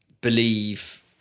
believe